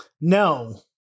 no